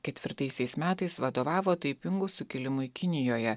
ketvirtaisiais metais vadovavo taipingų sukilimui kinijoje